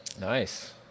nice